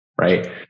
right